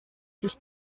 sich